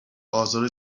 آزار